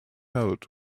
out